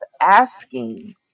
asking